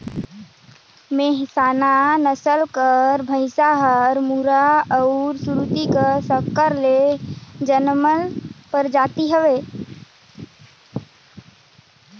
मेहसाना नसल कर भंइस हर मुर्रा अउ सुरती का संकर ले जनमल परजाति हवे